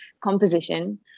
composition